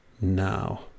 Now